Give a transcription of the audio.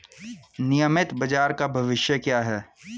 नियमित बाजार का भविष्य क्या है?